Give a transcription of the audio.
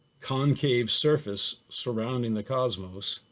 concave surface surrounding the cosmos.